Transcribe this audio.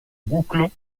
boucles